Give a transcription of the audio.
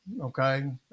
okay